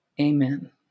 Amen